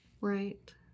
Right